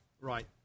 right